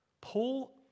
Paul